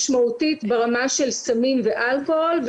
משמעותית ברמה של סמים ואלכוהול,